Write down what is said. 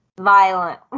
violent